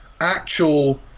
actual